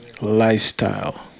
lifestyle